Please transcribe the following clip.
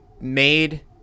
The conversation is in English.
made